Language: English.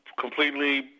completely